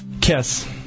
Kiss